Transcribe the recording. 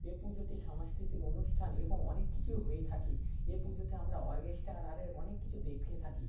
এই পুজোতে সাংস্কৃতিক অনুষ্ঠান এবং অনেক কিছুই হয়ে থাকে এই পুজোতে আমরা অর্কেস্ট্রা আর আর অনেক কিছু দেখে থাকি